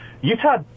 Utah